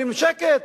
אומרים: שקט,